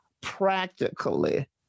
practically